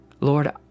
Lord